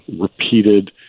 repeated